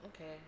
okay